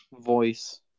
Voice